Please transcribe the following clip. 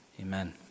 Amen